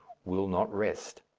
will not rest.